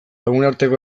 lagunarteko